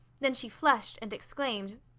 then she flushed and exclaimed